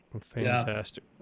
fantastic